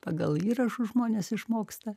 pagal įrašus žmonės išmoksta